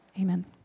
Amen